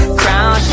crown